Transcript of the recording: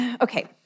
okay